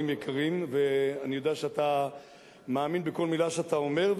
יקרים ואני יודע שאתה מאמין בכל מלה שאתה אומר,